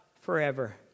forever